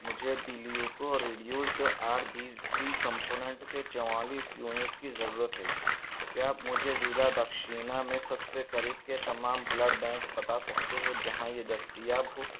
مجھے be are B C component کے چوالیس یونٹ کی ضرورت ہے کیا آپ مجھے ضلع دکشینہ میں سب سے قریب کے تمام بلڈ بینک بتا سکتے ہو جہاں یہ دستیاب ہو